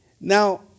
Now